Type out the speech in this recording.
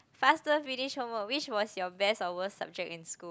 faster finish homework which was your best or worst subject in school